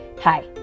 hi